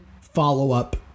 follow-up